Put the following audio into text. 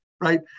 right